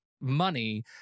money